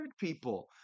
people